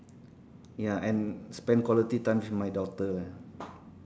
ya and spend quality times with my daughter lah